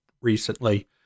recently